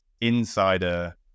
insider